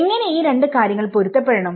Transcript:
എങ്ങനെ ഈ രണ്ട് കാര്യങ്ങൾ പൊരുത്തപ്പെടണം